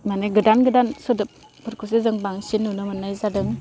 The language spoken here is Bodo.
माने गोदान गोदान सोदोबफोरखौसो जों बांसिन नुनो मोन्नाय जादों